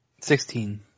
Sixteen